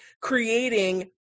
creating